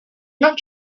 not